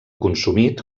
consumit